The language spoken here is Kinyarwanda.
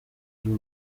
ari